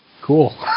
Cool